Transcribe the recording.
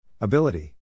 Ability